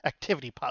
ActivityPub